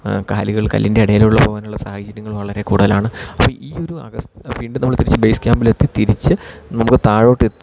കാലുകൾ കല്ലിൻ്റെ ഇടയിലുള്ള പോകാനുള്ള സാഹചര്യങ്ങള് വളരെ കൂടുതലാണ് അപ്പം ഈ ഒരു അഗസ് വീണ്ടും നമ്മള് തിരിച്ച് ബേസ്ക്യാമ്പിലെത്തി തിരിച്ച് നമുക്ക് താഴോട്ട്